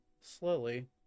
slowly